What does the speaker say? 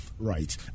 Right